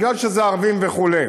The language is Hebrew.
מפני שהם ערבים וכו'.